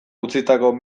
utzitako